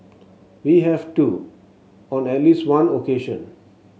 we have too on at least one occasion